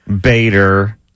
Bader